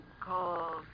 Call